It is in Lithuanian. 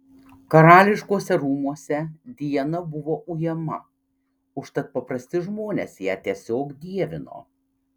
karališkuosiuose rūmuose diana buvo ujama užtat paprasti žmonės ją tiesiog dievino